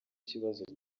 ikibazo